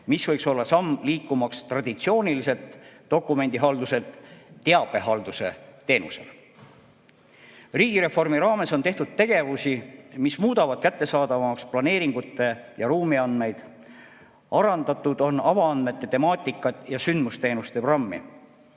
See võiks olla samm liikumaks traditsiooniliselt dokumendihalduselt teabehalduse teenusele. Riigireformi raames on tehtud tegevusi, mis muudavad kättesaadavamaks planeeringute ja ruumiandmeid, arendatud on avaandmete temaatikat ja sündmusteenuste programmi.